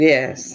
Yes